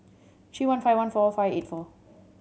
three one five one four five eight four